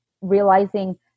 realizing